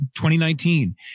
2019